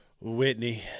Whitney